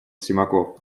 симаков